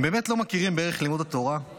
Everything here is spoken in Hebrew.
הם באמת לא מכירים בערך לימוד התורה,